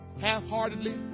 half-heartedly